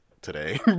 today